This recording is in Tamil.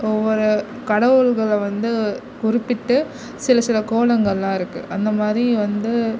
ஒவ்வொரு கடவுள்களை வந்து குறிப்பிட்டு சில சில கோலங்கள்லாம் இருக்குது அந்த மாதிரி வந்து